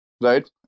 right